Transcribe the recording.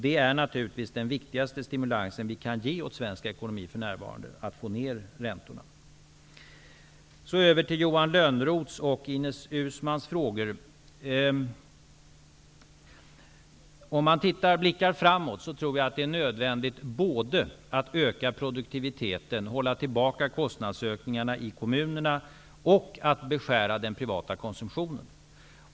Det är naturligtvis den viktigaste stimulansen vi kan ge åt svensk ekonomi för närvarande, att få ner räntorna. Över till Johan Lönnroths och Ines Uusmanns frågor. Om man blickar framåt tror jag att det är nödvändigt att öka produktiviteten, hålla tillbaka kostnadsökningarna i kommunerna och att beskära den privata konsumtionen.